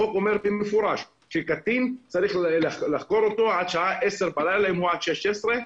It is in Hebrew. החוק אומר במפורש שקטין צריך לחקור עד השעה 10 בלילה אם הוא עד גיל 16,